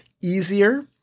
easier